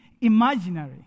imaginary